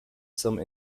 some